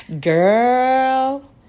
girl